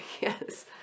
yes